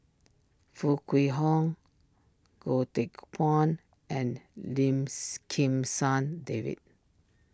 Foo Kwee Horng Goh Teck Phuan and Lim Kim San David